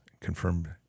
confirmed